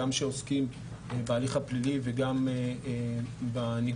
גם שעוסקים בהליך הפלילי וגם בנגזרות